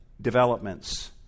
developments